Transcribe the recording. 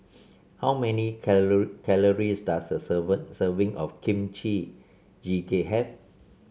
how many calories does a serving of Kimchi Jjigae have